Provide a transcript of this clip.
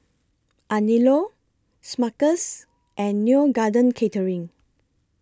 Anello Smuckers and Neo Garden Catering